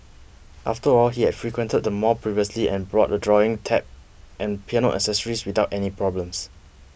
after all he had frequented the mall previously and brought a drawing tab and piano accessories without any problems